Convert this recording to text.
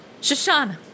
Shoshana